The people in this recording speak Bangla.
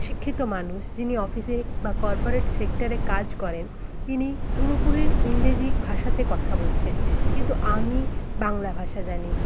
শিক্ষিত মানুষ যিনি অফিসে বা কর্পোরেট সেক্টরে কাজ করেন তিনি পুরোপুরি ইংরেজি ভাষাতে কথা বলছেন কিন্তু আমি বাংলা ভাষা জানি